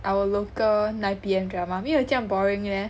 our local nine P_M drama 没有这样 boring leh